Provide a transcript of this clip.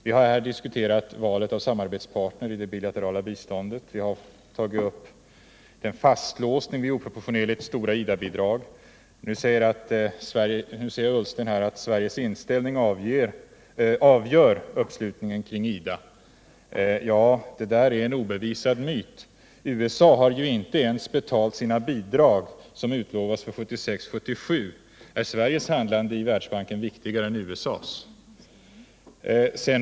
Vi har här diskuterat valet av samarbetspartner i det bilaterala biståndet, vi har tagit upp fastlåsningen vid oproportionerligt stora IDA-bidrag. Nu säger Ola Ullsten att Sveriges inställning avgör uppslutningen kring IDA. Det där är en obevisad myt. USA har inte ens betalat de bidrag som har utlovats för 1976/77. Är Sveriges handlande i Världsbanken viktigare än USA:s?